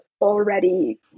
already